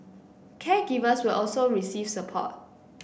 caregivers will also receive support